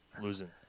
losing